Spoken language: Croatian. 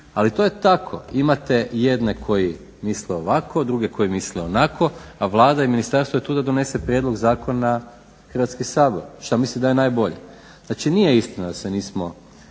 ali to je tako. Imate jedne koji misle ovako, druge koji misle onako, a Vlada i ministarstvo je tu da donese prijedlog zakona i Hrvatski sabor šta misli da je najbolje. Znači nije istina da se nismo